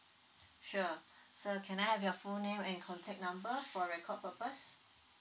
sure so can I have your full name and contact number for record purpose